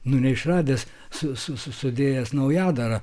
nu neišradęs su su sudėjęs naujadarą